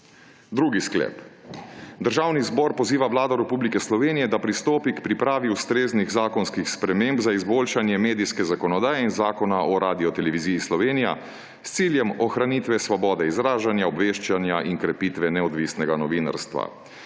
Drugi sklep: Državni zbor poziva Vlado Republike Slovenije, da pristopi k pripravi ustreznih zakonskih sprememb za izboljšanje medijske zakonodaje in Zakona o Radioteleviziji Slovenija, s ciljem ohranitve svobode izražanja, obveščanja in krepitve neodvisnega novinarstva.